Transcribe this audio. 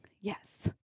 Yes